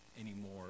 anymore